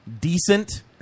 decent